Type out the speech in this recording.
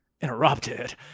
interrupted-